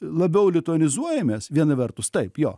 labiau lituanizuojamės viena vertus taip jo